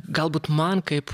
galbūt man kaip